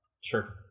Sure